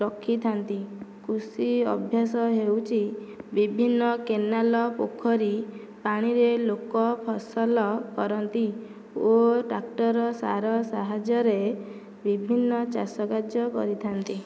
ରଖିଥାଆନ୍ତି କୁଷି ଅଭ୍ୟାସ ହେଉଛି ବିଭିନ୍ନ କେନାଲ ପୋଖରୀ ପାଣିରେ ଲୋକ ଫସଲ କରନ୍ତି ଓ ଟ୍ରାକ୍ଟର ସାର ସାହାଯ୍ୟରେ ବିଭିନ୍ନ ଚାଷ କାର୍ଯ୍ୟ କରିଥାନ୍ତି